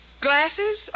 Glasses